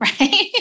right